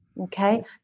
Okay